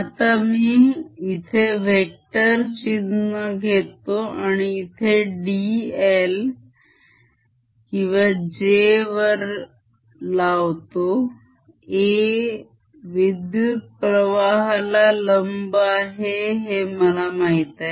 आता मी इथे वेक्टर चिन्ह घेतो आणि इथे dl आणि j वर लावतो A विद्युत्प्रवाहाला लंब आहे हे मला माहित आहे